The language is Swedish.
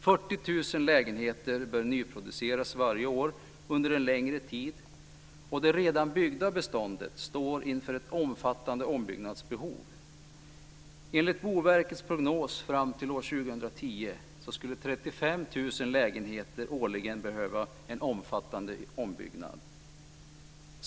40 000 lägenheter bör nyproduceras varje år under en längre tid. Det redan byggda beståndet står inför ett omfattande ombyggnadsbehov. Enligt Boverkets prognos fram till år 2010 skulle 35 000 lägenheter årligen behöva en omfattande ombyggnad.